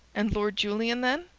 and lord julian, then?